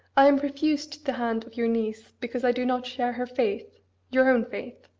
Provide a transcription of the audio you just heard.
i am refused the hand of your niece because i do not share her faith your own faith.